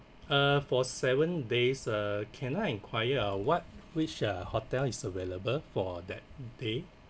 uh for seven days uh can I enquire ah what which uh hotel is available for that day